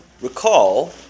recall